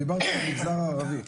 דיברתי על המגזר הערבי.